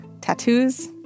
tattoos